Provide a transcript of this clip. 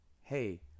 Hey